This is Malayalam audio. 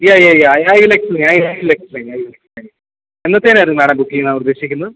yeah yeah yeah I I will explain I will explain I will explain എന്നത്തേനായിരുന്നു മാഡം ബുക്ക് ചെയ്യാൻ ഉദ്ദേശിക്കുന്നത്